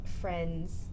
friend's